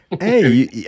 Hey